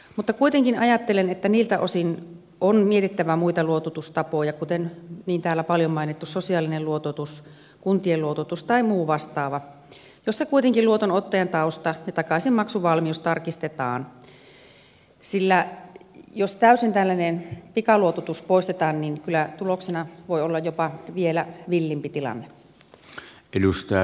mutta kuitenkin ajattelen että niiltä osin on mietittävä muita luototustapoja kuten täällä paljon mainittu sosiaalinen luototus kuntien luototus tai muu vastaava jossa kuitenkin luotonottajan tausta ja takaisinmaksuvalmius tarkistetaan sillä jos täysin tällainen pikaluototus poistetaan niin kyllä tuloksena voi olla jopa vielä villimpi tilanne